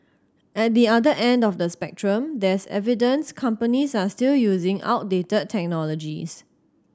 at the other end of the spectrum there's evidence companies are still using outdated technologies